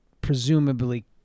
presumably